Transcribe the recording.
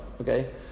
okay